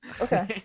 Okay